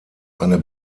eine